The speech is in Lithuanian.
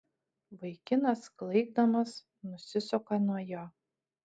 vaikinas klaikdamas nusisuka nuo jo